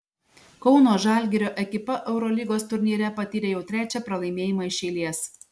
kauno žalgirio ekipa eurolygos turnyre patyrė jau trečią pralaimėjimą iš eilės